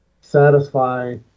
satisfy